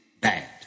bad